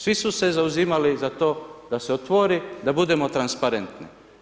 Svi su se zauzimali za to da se otvori da budemo transparentni.